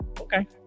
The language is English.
Okay